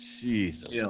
Jesus